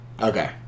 Okay